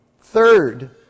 Third